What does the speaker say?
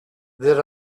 there